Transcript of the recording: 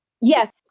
Yes